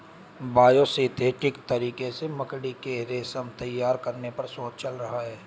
biosynthetic तरीके से मकड़ी के रेशम तैयार करने पर शोध चल रहा है